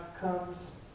comes